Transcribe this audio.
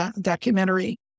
documentary